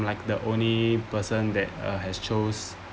like the only person that uh has chose